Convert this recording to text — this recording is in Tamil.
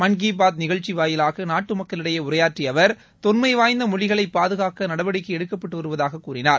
மான் கீ பாத் நிகழ்ச்சி வாயிலாக நாட்டு மக்களிடையே உரையாற்றிய அவர் தொன்மைவாய்ந்த மொழிகளை பாதுகாக்க நடவடிக்கை எடுக்கப்பட்டுவருவதாக அவர் கூறினார்